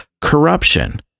corruption